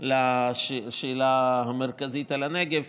שלצערי, שוב עושות את מה שהמדינה צריכה לעשות.